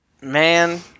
Man